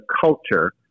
culture